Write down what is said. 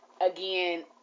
again